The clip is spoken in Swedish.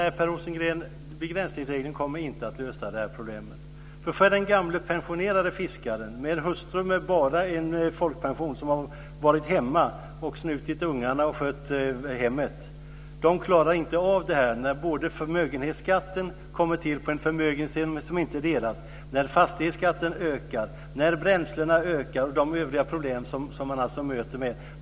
Fru talman! Nej, begränsningsregeln kommer inte att lösa problemet. Den gamle pensionerade fiskaren, med hustru som bara har folkpension och som har varit hemma och snutit ungar och skött hemmet, klarar inte av detta när förmögenhetsskatten tillkommer på en förmögenhet som inte delas, när fastighetsskatten ökar och när bränslekostnaderna ökar. Vidare gäller det övriga problem som människorna möter.